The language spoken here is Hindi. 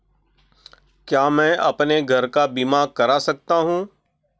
क्या मैं अपने घर का बीमा करा सकता हूँ?